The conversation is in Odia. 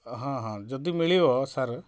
ଅ ହଁ ହଁ ଯଦି ମିଳିବ ସାର୍